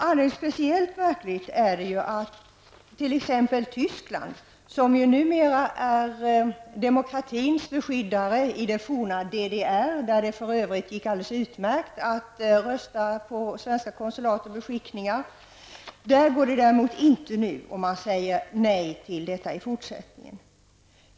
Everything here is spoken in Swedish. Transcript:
Alldeles särskilt märkligt är det att t.ex. Tyskland, som ju numera är demokratins beskyddare i det forna DDR där det för övrigt gick alldeles utmärkt att rösta på svenska konsulat och beskickningar, går det däremot inte, och man säger nej till detta i fortsättningen.